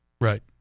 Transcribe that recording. right